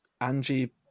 Angie